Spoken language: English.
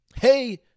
Hey